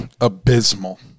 abysmal